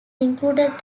included